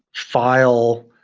file,